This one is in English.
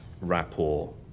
rapport